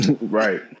Right